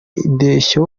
indeshyo